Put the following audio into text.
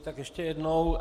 Tak ještě jednou.